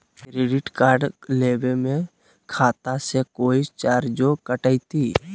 Credit card लेवे में खाता से कोई चार्जो कटतई?